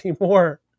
anymore